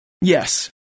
Yes